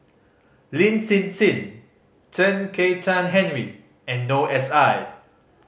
Lin Hsin Hsin Chen Kezhan Henri and Noor S I